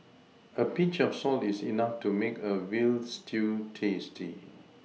a Pinch of salt is enough to make a veal stew tasty